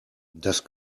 das